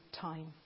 time